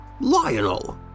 Lionel